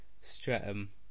Streatham